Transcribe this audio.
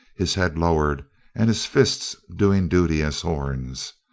his head lowered and his fists doing duty as horns.